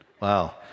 Wow